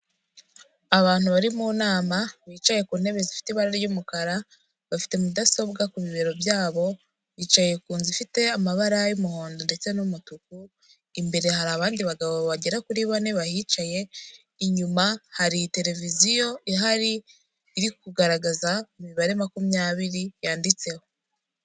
Abantu bari mu nama bicaye ku ntebe zifite ibara ry'umukara, bafite mudasobwa ku bibero byabo, bicaye ku nzu ifite amabara y'umuhondo ndetse n'umutuku, imbere hari abandi bagabo bagera kuri bane bahicaye, inyuma hari tereviziyo ihari iri kugaragaza imibare makumyabiri yanditseho.